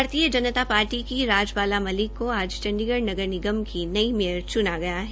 भारतीय जनता पार्टी की राजबाला मलिक को आज चंडीगढ़ नगर निगम की नई मेयर च्ना गया है